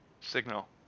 Signal